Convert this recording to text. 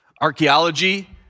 archaeology